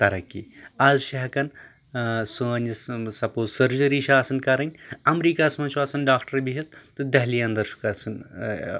تَرَقی آز چھِ ہٮ۪کَان سٲنۍ یُس سَپوز سٔرجٔری چھےٚ آسان کَرٕنۍ اَمریکہ ہَس منٛز چھُ آسَان ڈاکٹر بِہتھ تہٕ دہلی اَندَر چھُ گژھان